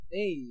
Hey